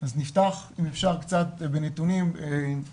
נפתח בנתונים שמופיעים במצגת,